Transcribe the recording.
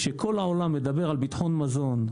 כשכל העולם מדבר על ביטחון מזון,